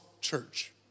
church